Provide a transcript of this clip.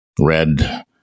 red